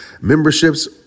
memberships